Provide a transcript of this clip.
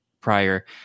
prior